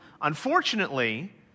Unfortunately